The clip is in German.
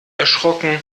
erschrocken